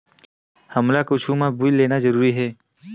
हमला कुछु मा बिल लेना जरूरी हे?